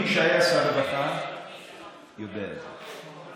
מי שהיה שר רווחה יודע את זה.